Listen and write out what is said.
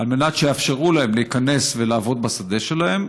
על מנת שיאפשרו להם להיכנס ולעבוד בשדה שלהם,